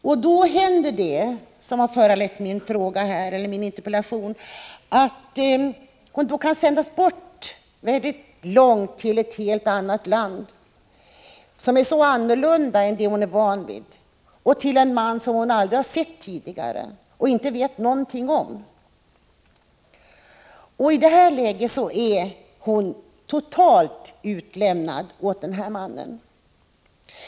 Ibland händer det som har föranlett min interpellation, nämligen att kvinnan sänds mycket långt bort, till ett land som är helt annorlunda än det hon är van vid och till en man som hon aldrig tidigare har sett och inte vet någonting om. I detta läge är hon totalt utlämnad åt mannen.